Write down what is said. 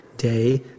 day